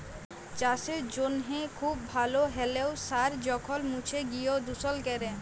চাসের জনহে খুব ভাল হ্যলেও সার যখল মুছে গিয় দুষল ক্যরে